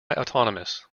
autonomous